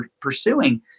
pursuing